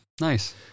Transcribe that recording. Nice